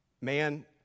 Man